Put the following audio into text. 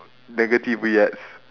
negative with S